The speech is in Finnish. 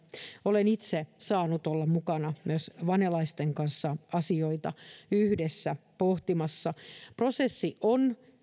olen myös itse saanut olla mukana vanelaisten kanssa asioita yhdessä pohtimassa prosessi on